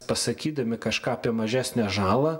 pasakydami kažką apie mažesnę žalą